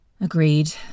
Agreed